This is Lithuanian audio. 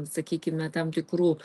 sakykime tam tikrų